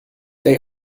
they